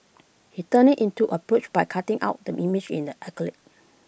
he turned IT into A brooch by cutting out the image in the acrylic